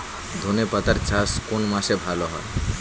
ধনেপাতার চাষ কোন মাসে ভালো হয়?